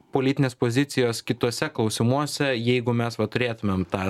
politinės pozicijos kituose klausimuose jeigu mes va turėtumėm tą